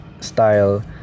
style